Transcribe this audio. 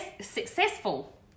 successful